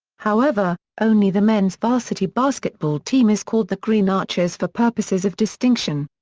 however, only the men's varsity basketball team is called the green archers for purposes of distinction.